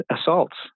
assaults